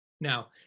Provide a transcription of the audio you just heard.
Now